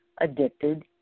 addicted